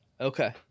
Okay